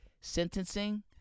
sentencing